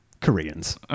Koreans